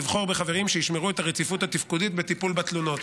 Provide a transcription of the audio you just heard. לבחור בחברים שישמרו את הרציפות התפקודית בטיפול בתלונות.